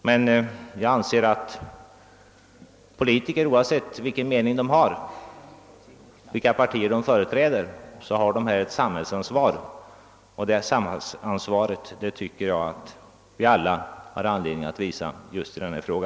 Jag anser emellertid att politiker, oavsett vilken mening de har och oavsett vilka partier de företräder, här har ett samhällsansvar. Det samhällsansvaret har vi alla anledning att visa just i denna fråga.